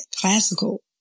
classical